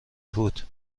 بود